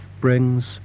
brings